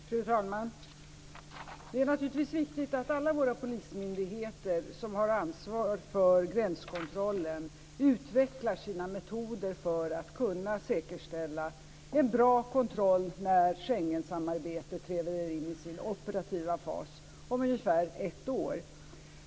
Fru talman! Det är naturligtvis viktigt att alla våra polismyndigheter som har ansvar för gränskontrollen utvecklar sina metoder för att kunna säkerställa en bra kontroll när Schengensamarbetet träder in i sin operativa fas om ungefär ett år.